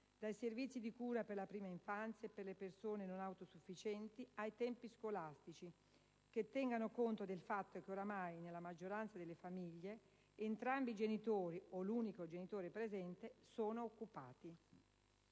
dai servizi di cura per la prima infanzia e per le persone non autosuffìcienti ai tempi scolastici, che tengano conto del fatto che oramai nella maggioranza delle famiglie entrambi i genitori - o l'unico genitore presente - sono occupati.